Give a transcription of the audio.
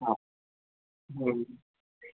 हा हा